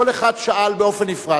כל אחד שאל באופן נפרד.